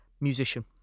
musician